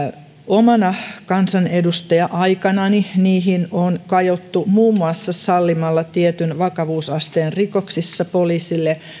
omana kansanedustaja aikanani niihin on kajottu muun muassa sallimalla tietyn vakavuusasteen rikoksissa poliisille